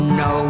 no